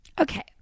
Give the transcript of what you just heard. Okay